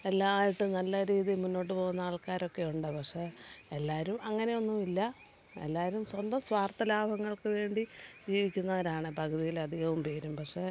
എല്ലായിട്ടും നല്ല രീതീ മുന്നോട്ട് പോകുന്ന ആൾക്കാരൊക്കെയുണ്ട് പക്ഷേ എല്ലാവരും അങ്ങനെയൊന്നും ഇല്ല എല്ലാവരും സ്വന്തം സ്വാർത്ഥലാഭങ്ങൾക്ക് വേണ്ടി ജീവിക്കുന്നവരാണ് പകുതിയിലധികവും പേരും പക്ഷേ